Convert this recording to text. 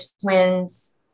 twins